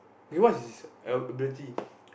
K what's his ability